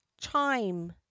chime